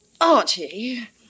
Archie